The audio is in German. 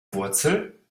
wurzel